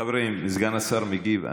חברים, סגן השר מגיב.